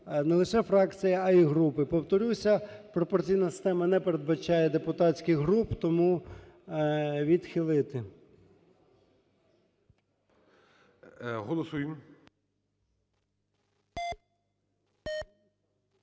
не лише фракції, а і групи. Повторюся, пропорційна система не передбачає депутатських груп. Тому відхилити. ГОЛОВУЮЧИЙ.